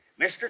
Mr